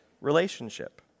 relationship